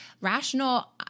rational